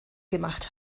gemacht